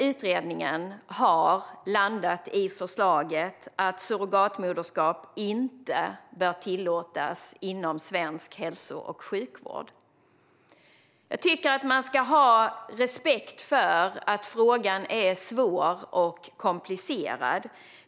Utredningen landade i att surrogatmoderskap inte bör tillåtas inom svensk hälso och sjukvård. Jag tycker att man ska ha respekt för att frågan är komplicerad.